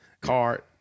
card